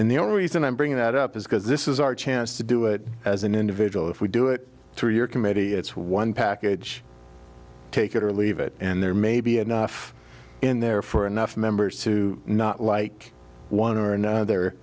in the only reason i bring that up is because this is our chance to do it as an individual if we do it through your committee it's one package take it or leave it and there may be enough in there for enough members to not like one or another